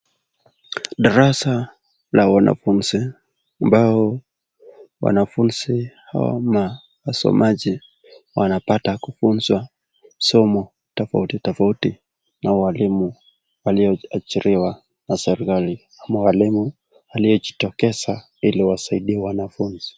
Darasa la wanafuzi ambao wanafunzi au wasomaji wanapata kufuzwa somo tofauti tofauti na walimu walioajiriwa na serikali ama walimu waliojitokeza ili wasaidie wanafuzi.